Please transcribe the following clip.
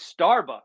Starbucks